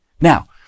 Now